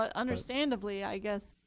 but understandably, i guess.